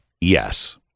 Yes